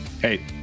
Hey